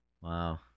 Wow